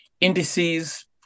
indices